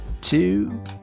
two